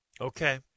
Okay